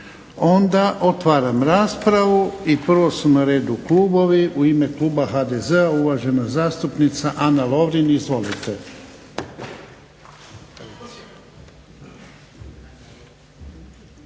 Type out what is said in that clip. Onda otvaram raspravu. Prvo su na redu klubovi. U ime kluba HDZ-a uvažena zastupnica Ana Lovrin, izvolite.